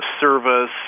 service